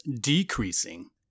decreasing